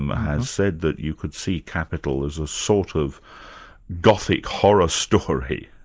um has said that you could see kapital as a sort of gothic horror story.